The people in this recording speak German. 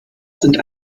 sind